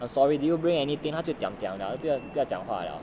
sorry do you bring anything 他就 diam diam liao